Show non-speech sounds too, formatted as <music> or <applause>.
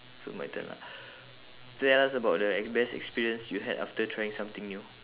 so my turn ah <breath> tell us about the best experience you had after trying something new